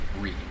read